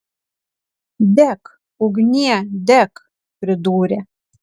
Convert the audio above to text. dek ugnie dek pridūrė